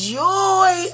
joy